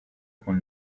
con